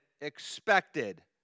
expected